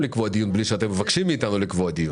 לקבוע דיון בלי שאתם מבקשים מאיתנו לקבוע דיון,